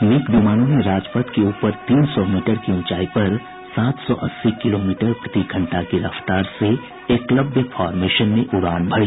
MiG विमानों ने राजपथ के ऊपर तीन सौ मीटर की ऊंचाई पर सात सौ अस्सी किलोमीटर प्रतिघंटा की रफ्तार से एकलव्य फॉरमेशन में उड़ान भरी